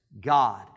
God